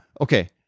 okay